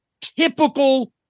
typical